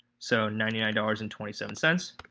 so ninety nine dollars and twenty seven cents